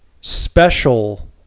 special